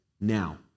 now